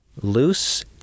loose